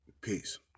Peace